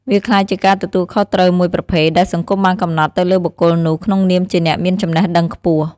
វាក្លាយជាការទទួលខុសត្រូវមួយប្រភេទ ដែលសង្គមបានកំណត់ទៅលើបុគ្គលនោះ ក្នុងនាមជាអ្នកមានចំណេះដឹងខ្ពស់។